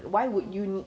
mm mm